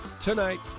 Tonight